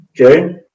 okay